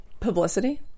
Publicity